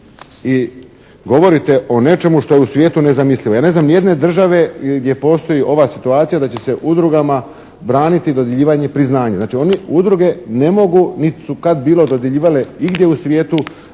Vi govorite o nečemu što je u svijetu nezamislivo. Ja ne znam ni jedne države gdje postoji ova situacija da će se udrugama braniti dodjeljivanje priznanja. Znači, oni udruge ne mogu nit' su bilo kad dodjeljivale igdje u svijetu